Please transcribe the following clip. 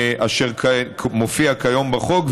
אשר מופיע כיום בחוק,